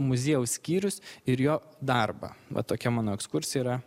muziejaus skyrius ir jo darbą va tokia mano ekskursija yra